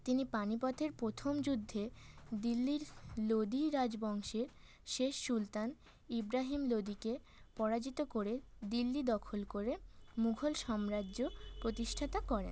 তিনি পানিপথের প্রথম যুদ্ধে দিল্লির লোধি রাজবংশের শেষ সুলতান ইব্রাহিম লোধিকে পরাজিত করে দিল্লি দখল করে মুঘল সাম্রাজ্য প্রতিষ্ঠা করেন